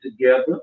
together